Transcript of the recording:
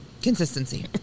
Consistency